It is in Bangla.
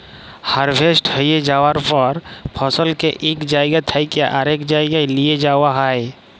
হারভেস্ট হঁয়ে যাউয়ার পর ফসলকে ইক জাইগা থ্যাইকে আরেক জাইগায় লিঁয়ে যাউয়া হ্যয়